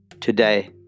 today